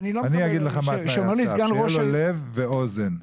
צריך שיהיה לו לב ואוזן.